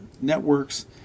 networks